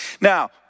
Now